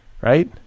right